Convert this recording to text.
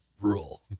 rule